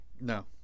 No